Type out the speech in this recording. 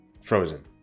Frozen